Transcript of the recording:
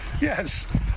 Yes